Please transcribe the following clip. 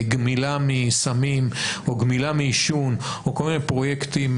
גמילה מסמים או גמילה מעישון או כל מיני פרויקטים